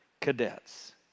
cadets